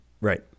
Right